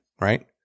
right